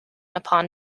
upon